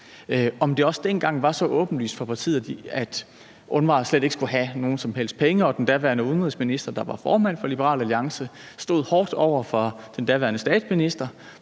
om det også dengang var så åbenlyst for partiet, at UNRWA slet ikke skulle have nogen som helst penge, og at den daværende udenrigsminister, der var formand for Liberal Alliance, stod hårdt over for den daværende statsminister